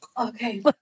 okay